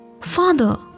father